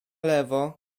lewo